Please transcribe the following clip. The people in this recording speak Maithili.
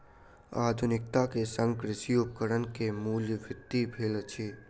आधुनिकता के संग कृषि उपकरण के मूल्य वृद्धि भेल अछि